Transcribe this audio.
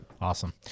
Awesome